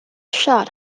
shot